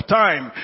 time